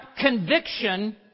conviction